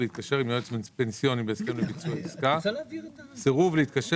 "להתקשר עם יועץ פנסיוני בהסכם לביצוע עסקה" סירוב להתקשר